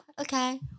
okay